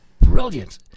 brilliant